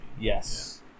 Yes